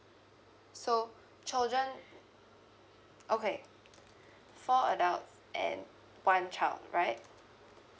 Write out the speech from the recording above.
so children okay four adults and one child right